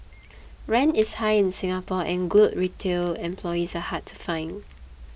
rent is high in Singapore and good retail employees are hard to find